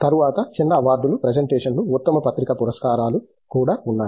తరువాత చిన్న అవార్డులు ప్రెజెంటేషన్లు ఉత్తమ పత్రిక పురస్కారాలు కూడా ఉన్నాయి